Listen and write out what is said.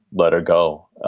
let her go.